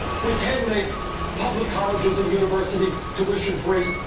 we can make public colleges and universities tuition-free.